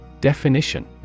Definition